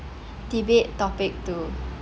debate topic two